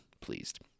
pleased